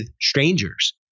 strangers